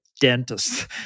dentist